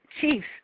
chiefs